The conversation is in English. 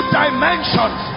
dimensions